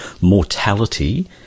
mortality